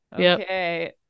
okay